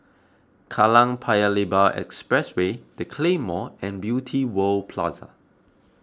Kallang Paya Lebar Expressway the Claymore and Beauty World Plaza